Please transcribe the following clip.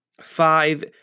five